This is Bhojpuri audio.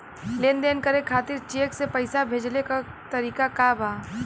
लेन देन करे खातिर चेंक से पैसा भेजेले क तरीकाका बा?